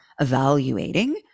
evaluating